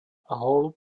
holub